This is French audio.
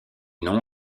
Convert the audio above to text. nom